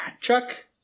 Chuck